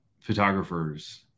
photographers